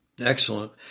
Excellent